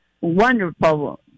wonderful